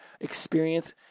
experience